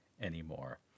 anymore